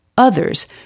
Others